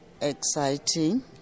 exciting